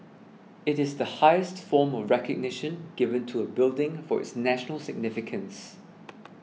it is the highest form of recognition given to a building for its national significance